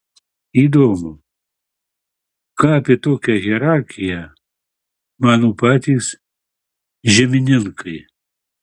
įdomu ką apie tokią hierarchiją mano patys žemininkai